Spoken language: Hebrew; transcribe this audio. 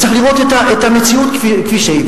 צריך לראות את המציאות כפי שהיא.